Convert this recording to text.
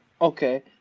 Okay